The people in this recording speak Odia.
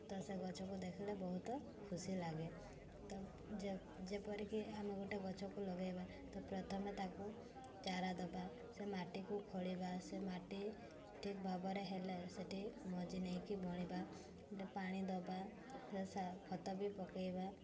ତ ସେ ଗଛକୁ ଦେଖିଲେ ବହୁତ ଖୁସି ଲାଗେ ତ ଯେ ଯେପରିକି ଆମେ ଗୋଟେ ଗଛକୁ ଲଗେଇବା ତ ପ୍ରଥମେ ତାକୁ ଚାରା ଦବା ସେ ମାଟିକୁ ଖୋଳିବା ସେ ମାଟି ଠିକ ଭାବରେ ହେଲେ ସେଇଠି ମଞ୍ଜି ନେଇକି ବୁଣିବା ଗୋଟେ ପାଣି ଦବା ସେ ସା ଖତ ବି ପକେଇବା